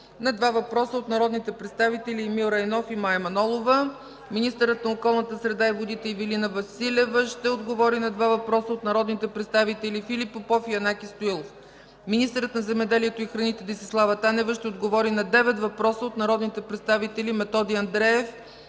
на 2 въпроса от народните представители Емил Райнов, и Мая Манолова. Министърът на околната среда и водите Ивелина Василева ще отговори на 2 въпроса от народните представители Филип Попов, и Янаки Стоилов. Министърът на земеделието и храните Десислава Танева ще отговори на 9 въпроса от народните представители Методи Андреев,